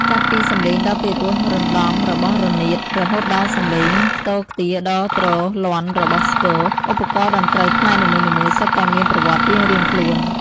ចាប់ពីសំឡេងដ៏ពីរោះរណ្ដំរបស់រនាត រហូតដល់សំឡេងខ្ទរខ្ទារដ៏ទ្រលាន់របស់ស្គរ ឧបករណ៍តន្ត្រីខ្មែរនីមួយៗសុទ្ធតែមានប្រវត្តិរៀងៗខ្លួន។